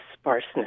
sparseness